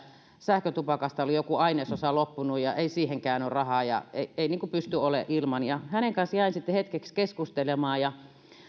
sähkötupakasta on joku ainesosa loppunut ja ei siihenkään ole rahaa ja ei ei pysty olemaan ilman hänen kanssaan jäin sitten hetkeksi keskustelemaan